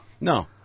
No